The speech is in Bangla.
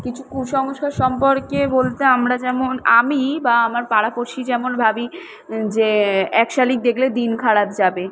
কিছু কুসংস্কার সম্পর্কে বলতে আমরা যেমন আমি বা আমার পাড়াপড়শি যেমন ভাবি যে এক শালিক দেখলে দিন খারাপ যাবে